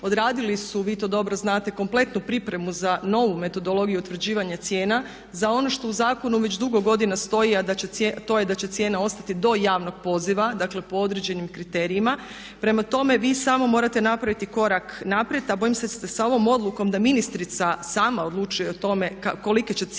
odradili su vi to dobro znate kompletnu pripremu za novu metodologiju utvrđivanja cijena, za ono što u zakonu već dugo godina stoji a to je da će cijene ostati do javnog poziva, dakle po određenim kriterijima. Prema tome, vi samo morate napraviti korak naprijed a bojim se da sa ovom odlukom da ministrica sama odlučuje o tome kolike će cijene domova i